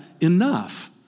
enough